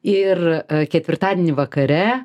ir ketvirtadienį vakare